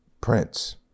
Prince